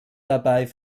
dabei